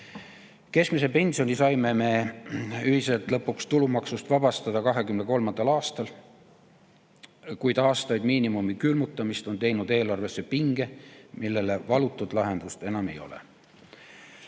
Keskmise pensioni saime me ühiselt lõpuks tulumaksust vabastada 2023. aastal. Kuid aastateks miinimumi külmutamine on teinud eelarvesse pinge, millele valutut lahendust enam ei ole.